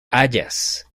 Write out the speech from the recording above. hayas